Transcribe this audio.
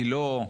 גילה?